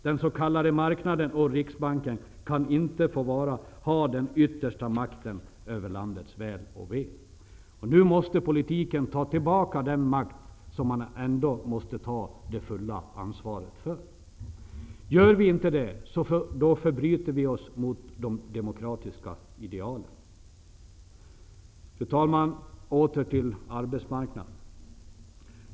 Den s.k. marknaden och Riksbanken kan inte få ha den yttersta makten över landets väl och ve. Nu måste politikerna ta tillbaka den makt som de ändå måste ta det fulla ansvaret för. Om vi inte gör det, förbryter vi oss mot de demokratiska idealen. Fru talman! Låt mig gå tillbaka till arbetsmarknaden.